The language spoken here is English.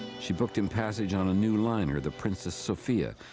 she booked him passage on a new liner, the princess sophia,